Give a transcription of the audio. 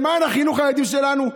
למען חינוך הילדים שלנו,